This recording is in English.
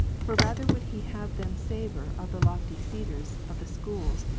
for rather would he have them savour of the lofty cedars of the schools,